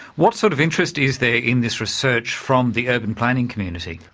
what sort of interest is there in this research from the urban planning community?